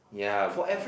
yeah oo